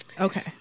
Okay